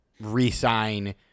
re-sign